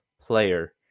player